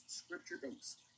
scripture-based